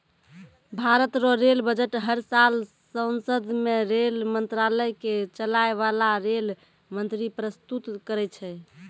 भारत रो rail budget हर साल सांसद मे रेल मंत्रालय के चलाय बाला रेल मंत्री परस्तुत करै छै